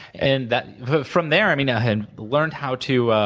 and that from there, i mean, i had learned how to